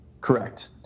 Correct